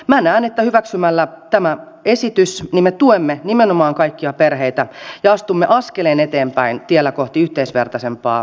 minä näen että hyväksymällä tämän esityksen me tuemme nimenomaan kaikkia perheitä ja astumme askeleen eteenpäin tiellä kohti yhdenvertaisempaa yhteiskuntaa